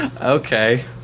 Okay